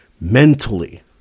mentally